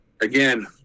Again